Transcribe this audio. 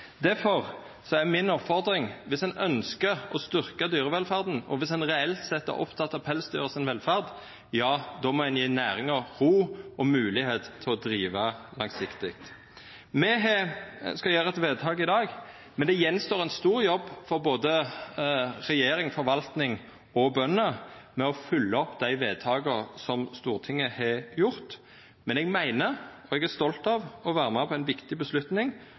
er mi oppfordring, dersom ein ønskjer å styrkja dyrevelferda, og dersom ein reelt sett er oppteken av pelsdyra si velferd, då må ein gje næringa ro og moglegheit for å driva langsiktig. Me skal gjera eit vedtak i dag, men det står att ein stor jobb for både regjering, forvaltning og bønder, med å følgja opp dei vedtaka som Stortinget har gjort. Men eg meiner – og eg er stolt av – å vera med på ei viktig